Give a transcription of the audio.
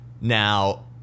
Now